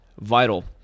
vital